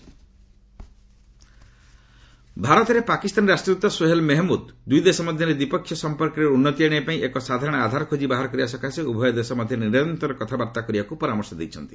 Indo Pak ଭାରତରେ ପାକିସ୍ତାନୀ ରାଷ୍ଟ୍ରଦୃତ ସୋହେଲ ମହମ୍ମୁଦ ଦୁଇ ଦେଶ ମଧ୍ୟରେ ଦ୍ୱିପକ୍ଷିୟ ସମ୍ପର୍କରେ ଉନ୍ନତି ଆଶିବା ପାଇଁ ଏକ ସାଧାରଣ ଆଧାର ଖୋକି ବାହାର କରିବା ପାଇଁ ଉଭୟ ଦେଶ ମଧ୍ୟରେ ନିରନ୍ତର କଥାବାର୍ତ୍ତା ପାଇଁ ପରାମର୍ଶ ଦେଇଛନ୍ତି